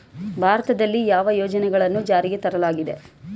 ಭಾರತದಲ್ಲಿ ಯಾವ ಯೋಜನೆಗಳನ್ನು ಜಾರಿಗೆ ತರಲಾಗಿದೆ?